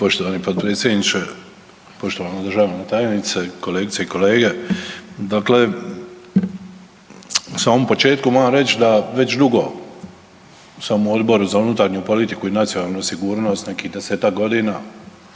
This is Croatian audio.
Poštovani potpredsjedniče, poštovana državna tajnice, kolegice i kolege, dakle u samom početku moram reći da već dugo sam u Odboru za unutarnju politiku i nacionalnu sigurnost nekih 10-tak godina